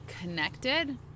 connected